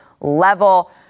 level